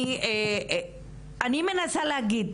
אני מנסה להגיד: